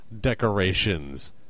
decorations